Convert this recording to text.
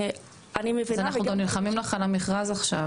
אז אנחנו גם נלחמים לך על המכרז עכשיו,